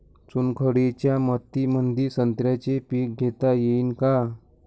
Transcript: चुनखडीच्या मातीमंदी संत्र्याचे पीक घेता येईन का?